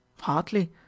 Hardly